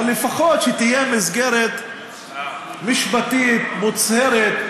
אבל לפחות שתהיה מסגרת משפטית מוצהרת,